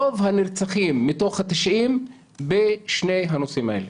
רוב הנרצחים מתוך ה-90 הם בשני הנושאים האלה.